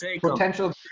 potential